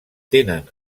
tenen